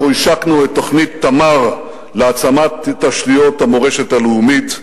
אנחנו השקנו את תוכנית "תמר" להעצמת תשתיות המורשת הלאומית,